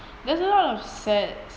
there's a lot of sad